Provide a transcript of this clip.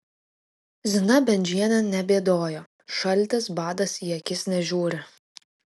zina bendžienė nebėdojo šaltis badas į akis nežiūri